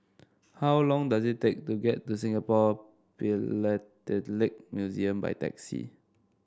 how long does it take to get to Singapore Philatelic Museum by taxi